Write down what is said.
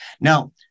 Now